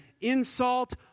insult